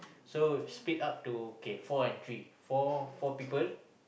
so split up to four and three four four people